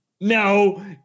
No